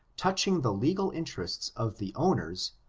touching the legal interests of the owners,